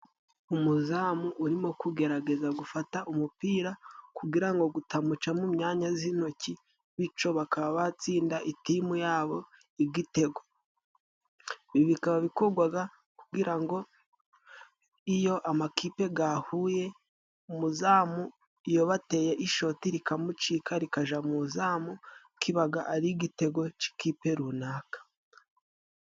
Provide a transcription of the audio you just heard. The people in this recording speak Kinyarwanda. Umuzamu urimo kugerageza gufata umupira kugira ngo gutamuca mu myanya z'intoki bico bakaba batsinda itimu yabo igitego ibi bikaba bikogwaga kugira iyo amakipe gahuye umuzamu iyobateye ishoti rikamucika rikaja muzamu kibaga ari igitego c'ikipe runaka.